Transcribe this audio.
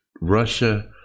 russia